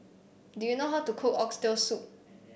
do you know how to cook Oxtail Soup